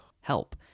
help